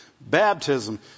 Baptism